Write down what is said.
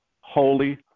holy